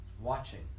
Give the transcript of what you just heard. Watching